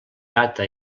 data